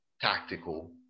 tactical